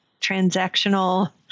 transactional